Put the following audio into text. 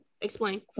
Explain